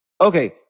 Okay